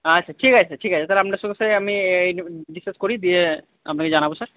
আচ্ছা ঠিক আছে ঠিক আছে তাহলে আপনার সঙ্গে স্যার আমি এই নিয়ে ডিসকাস করি দিয়ে আপনাকে জানাবো স্যার